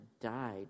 died